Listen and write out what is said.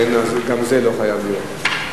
גם זה לא חייב להיות.